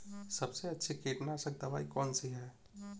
सबसे अच्छी कीटनाशक दवाई कौन सी है?